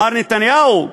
מר נתניהו,